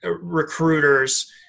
recruiters